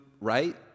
right